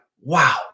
wow